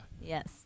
Yes